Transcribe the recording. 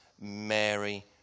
Mary